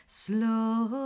slow